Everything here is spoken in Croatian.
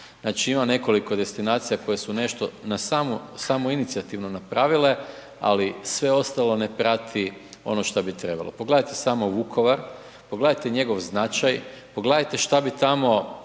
Znači, ima nekoliko destinacija koje su nešto na samo, samoinicijativno napravile, ali sve ostalo ne prati ono što bi trebalo. Pogledajte samo Vukovar, pogledajte njegov značaj, pogledajte šta bi tamo